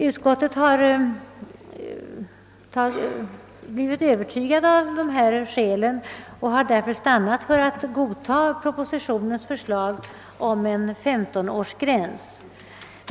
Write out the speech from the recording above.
Utskottet har blivit övertygat av dessa skäl och har därför stannat för att godta propositionens förslag om en femtonårsgräns.